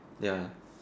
ya